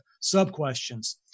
sub-questions